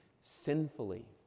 sinfully